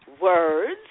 words